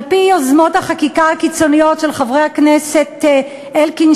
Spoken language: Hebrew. על-פי יוזמות החקיקה הקיצוניות של חברי הכנסת אלקין,